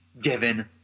given